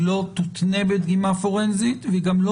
היא לא תותנה בדגימה פורנזית וגם לא